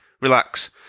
relax